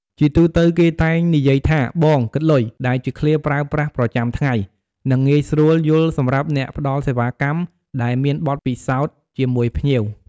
ជាទូទៅគេតែងនិយាយថា "បងគិតលុយ" ដែលជាឃ្លាប្រើប្រាស់ប្រចាំថ្ងៃ និងងាយស្រួលយល់សម្រាប់អ្នកផ្ដល់សេវាកម្មដែលមានបទពិសោធន៍ជាមួយភ្ញៀវ។